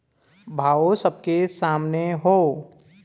भावो सबके सामने हौ